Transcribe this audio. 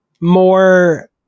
more